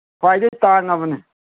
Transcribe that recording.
ꯈ꯭ꯋꯥꯏꯗꯒꯤ ꯇꯥꯡꯉꯕꯅꯦ